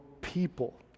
people